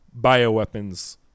bioweapons